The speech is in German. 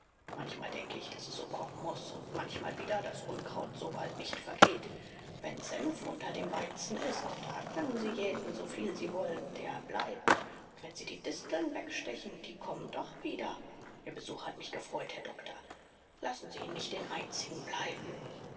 manchmal denke ich daß es so kommen muß und manchmal wieder daß unkraut sobald nicht vergeht wenn senf unter dem weizen ist da können sie jäten soviel sie wollen der bleibt und wenn sie die disteln wegstechen die kommen doch wieder ihr besuch hat mich gefreut herr doktor lassen sie ihn nicht den einzigen bleiben